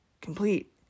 complete